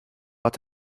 but